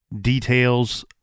details